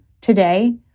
today